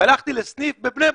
והלכתי לסניף בבני ברק.